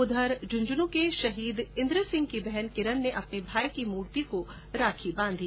उधर झुन्झुन के शहीद इन्द्र सिंह की बहन किरन ने अपने भाई की मूर्ति को राखी बांधी